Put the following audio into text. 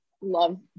love